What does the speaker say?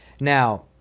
Now